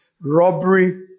robbery